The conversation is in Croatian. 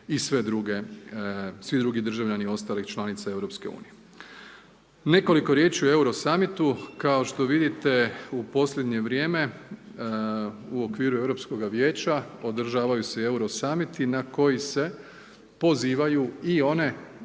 i sve druge, svi drugi državljani ostalih članica EU. Nekoliko riječi o Euro Summitu, kao što vidite u posljednje vrijeme u okviru Europskova Vijeća, održavaju se Euro Summiti na koji se pozivaju i one